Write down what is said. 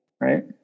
right